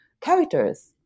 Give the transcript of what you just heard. characters